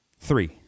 three